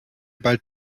bald